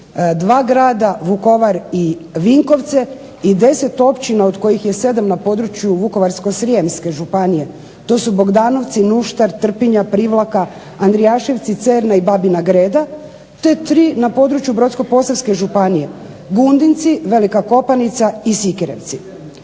2 grada Vukovar i Vinkovce i 10 općina od kojih je 7 na području Vukovarsko-srijemske županije. To su Bogdanovci, Nuštar, Trpinja, Privlaka, Andrijaševci, Cerna i Babina Greda te 3 na području Brodsko-posavske županije Gundinci, Velika Kopanica i Sikirevci.